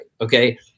Okay